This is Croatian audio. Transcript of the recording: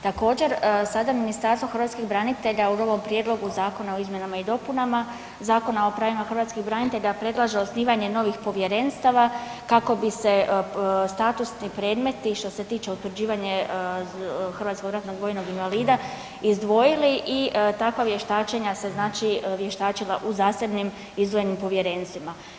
Također sada Ministarstvo hrvatskih branitelja u novom prijedlogu zakona o izmjenama i dopunama Zakona o pravima hrvatskih branitelja predlaže osnivanje novih povjerenstava kako bi se statusni predmeti što se tiče utvrđivanje hrvatskog ratnog vojnog invalida i takva vještačenja se znači vještačila u zasebnim izdvojenim povjerenstvima.